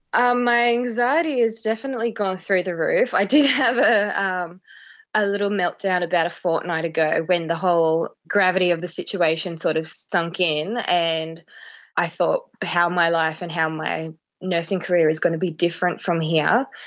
um my anxiety has definitely gone through the roof. i did have ah um a little meltdown about a fortnight ago when the whole gravity of the situation sort of sunk in, and i thought how my life and how my nursing career is going to be different from here.